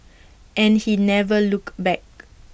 and he never looked back